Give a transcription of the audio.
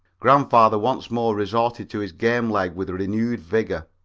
grandfather once more resorted to his game leg with renewed vigor,